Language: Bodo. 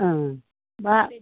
ओं बा